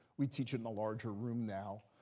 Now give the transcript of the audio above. we teach in the larger room now.